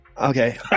Okay